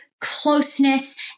closeness